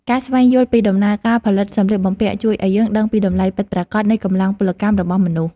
ការស្វែងយល់ពីដំណើរការផលិតសម្លៀកបំពាក់ ជួយឱ្យយើងដឹងពីតម្លៃពិតប្រាកដនៃកម្លាំងពលកម្មរបស់មនុស្ស។